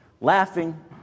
laughing